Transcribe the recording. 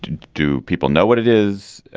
do people know what it is?